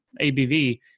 ABV